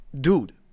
dude